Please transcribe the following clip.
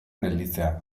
gelditzea